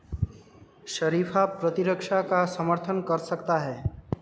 शरीफा प्रतिरक्षा का समर्थन कर सकता है